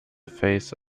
face